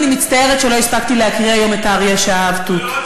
אני מצטערת שלא הספקתי להקריא היום את "האריה שאהב תות".